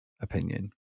opinion